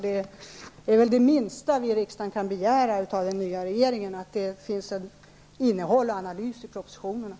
Det minsta vi i riksdagen kan begära av en ny regering är väl att det finns innehåll och analys i propositionerna.